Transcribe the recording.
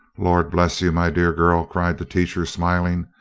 lord bless you, my dear girl, cried the teacher smiling,